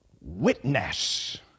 witness